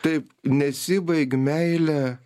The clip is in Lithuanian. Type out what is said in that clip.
taip nesibaig meilė